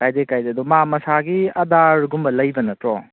ꯀꯥꯏꯗꯦ ꯀꯥꯏꯗꯦ ꯑꯗꯣ ꯃꯥ ꯃꯁꯥꯒꯤ ꯑꯥꯗꯥꯔꯒꯨꯝꯕ ꯂꯩꯕ ꯅꯠꯇ꯭ꯔꯣ